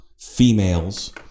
females